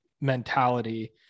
mentality